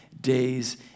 days